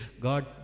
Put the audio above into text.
God